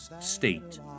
State